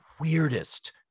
weirdest